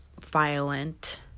violent